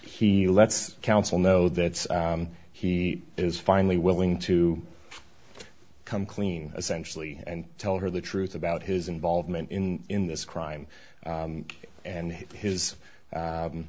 he lets counsel know that he is finally willing to come clean essentially and tell her the truth about his involvement in in this crime and his